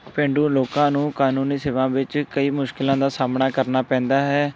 ਪੇਂਡੂ ਲੋਕਾਂ ਨੂੰ ਕਾਨੂੰਨੀ ਸੇਵਾ ਵਿੱਚ ਕਈ ਮੁਸ਼ਕਿਲਾਂ ਦਾ ਸਾਹਮਣਾ ਕਰਨਾ ਪੈਂਦਾ ਹੈ